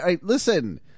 Listen